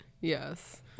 yes